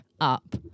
up